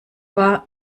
war